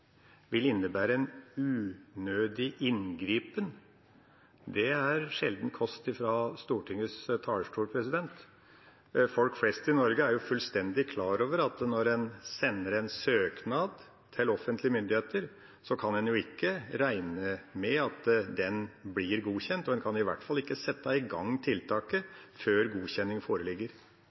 vil innebære en unødig inngripen, er sjelden kost fra Stortingets talerstol. Folk flest i Norge er fullstendig klar over at når en sender en søknad til offentlige myndigheter, kan en ikke regne med at den vil bli godkjent. En kan i hvert fall ikke sette i gang tiltaket før godkjenning foreligger.